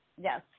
Yes